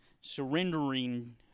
surrendering